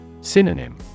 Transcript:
Synonym